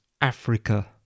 Africa